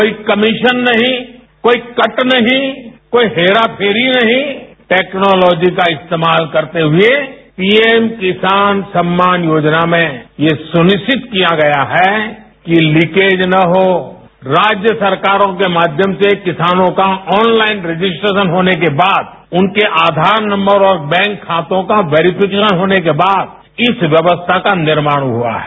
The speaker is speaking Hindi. कोई कमीशन नहीं कोई कट नहीं कोई हेराफेरी नहीं टेक्नोलॉजी का इस्तेमाल करते हुए पीएम किसान सम्मान योजना में यह सुनिश्चित किया गया है कि लीकेज ना हो राज्य सरकारों के माध्यम से किसानों का ऑनलाइन रजिस्ट्रेशन होने के बाद उनके आधार नंबर और बैंक खातों का वेरीफिकेशन के बाद इस घ्यवस्था का निर्माण हुआ है